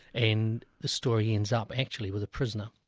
and the story ends up actually with a prisoner,